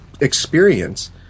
experience